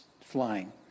flying